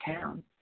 town